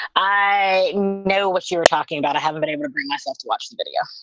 i know what you're talking about. i haven't been able to bring myself to watch the video